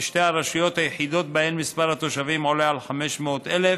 ושתי הרשויות היחידות שבהן מספר התושבים עולה על 500,000